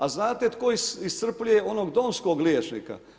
A znate tko iscrpljuje onog domskog liječnika?